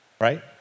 right